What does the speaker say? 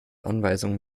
anweisungen